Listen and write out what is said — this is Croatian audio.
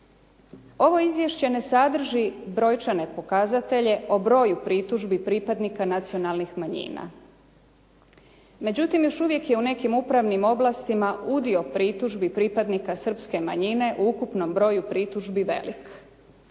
Ovo izvješće ne sadrži brojčane pokazatelje o broju pritužbi pripadnika nacionalnih manjina. Međutim, još uvijek je u nekim upravnim oblastima udio pritužbi pripadnika srpske manjine u ukupnom broju pritužbi velik.